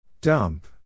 Dump